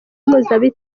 mpuzabitsina